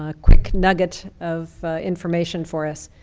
ah quick nugget of information for us.